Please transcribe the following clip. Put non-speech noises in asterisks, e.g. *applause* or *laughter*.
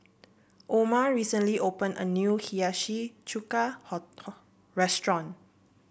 Oma recently opened a new Hiyashi Chuka *unintelligible* restaurant